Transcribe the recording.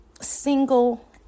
single